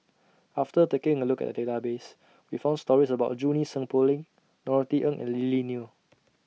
after taking A Look At The Database We found stories about Junie Sng Poh Leng Norothy Ng and Lily Neo